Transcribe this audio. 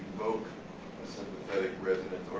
evoke the sympathetic resonance,